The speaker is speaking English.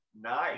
Nice